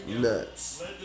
Nuts